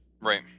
Right